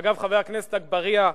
ואגב, חבר הכנסת אגבאריה,